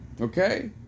Okay